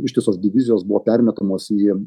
ištisos divizijos buvo permetamos į